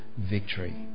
victory